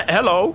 Hello